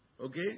Okay